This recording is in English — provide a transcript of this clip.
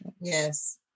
Yes